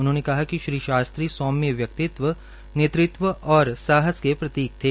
उन्होंने कहा कि श्री शास्त्री सौभ्य व्यक्तित्व नेतृत्व और साहस के प्रतीक थे